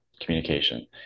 communication